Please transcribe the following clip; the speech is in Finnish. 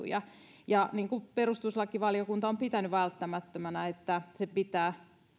ja ja niin kuin perustuslakivaliokunta on pitänyt välttämättömänä pitää